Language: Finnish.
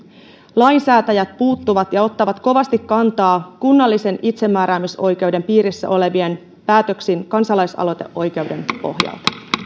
lainsäätäjät puuttuvat ja ottavat kovasti kantaa kunnallisen itsemääräämisoikeuden piirissä oleviin päätöksiin kansalaisaloiteoikeuden pohjalta